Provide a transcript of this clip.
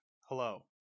hello